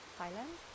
Thailand